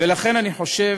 ולכן אני חושב